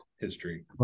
history